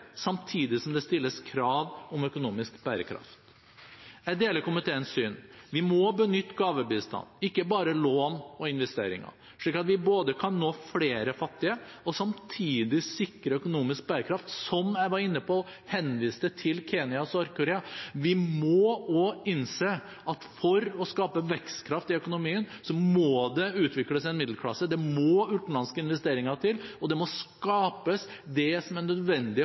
samtidig som det stilles krav om økonomisk bærekraft. Jeg deler komiteens syn: Vi må benytte gavebistand, ikke bare lån og investeringer, slik at vi både kan nå flere fattige og samtidig sikre økonomisk bærekraft – som jeg var inne på da jeg henviste til Kenya og Sør-Korea. Vi må også innse at for å skape vekstkraft i økonomien må det utvikles en middelklasse. Det må utenlandske investeringer til, og det må skapes